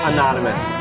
Anonymous